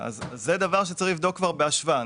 זה דבר שצריך לבדוק בהשוואה.